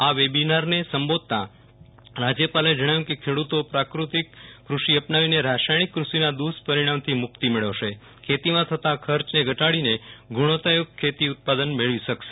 આ વેબીનારને સંબોધતા રાજ્યપાલે જણાવ્યુ હતુ કે ખેડૂતો પ્રાકૃતિક કૃષિ અપનાવીને રાસાયણિક કૃષિના દુષ્પરિણામથી મુક્તિ મેળવશે ખેતીમાં થતાં ખર્ચને ઘટાડીને ગુણવત્તાયુક્ત ખેત ઉત્પાદન મેળવી શકશે